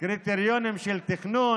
קריטריונים של תכנון,